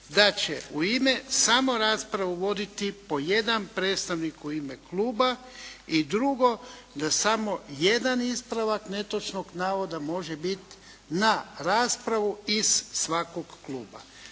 da će u ime samo raspravu voditi po jedan predstavnik u ime kluba i drugo da samo jedan ispravak netočnog navoda može biti na raspravu iz svakog kluba.